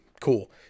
Cool